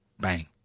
Bang